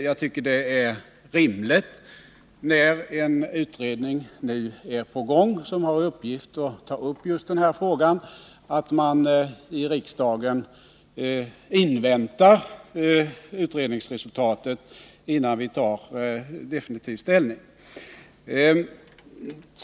Jag tycker det är rimligt, när en utredning nu är på gång, som har till uppgift att ta upp just den här frågan, att vi i riksdagen inväntar utredningsresultatet innan vi tar definitiv ställning.